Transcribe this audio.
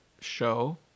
show